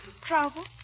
Trouble